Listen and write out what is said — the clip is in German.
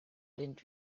blind